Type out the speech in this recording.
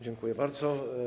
Dziękuję bardzo.